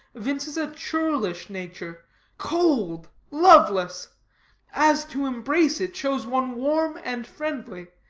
evinces a churlish nature cold, loveless as, to embrace it, shows one warm and friendly,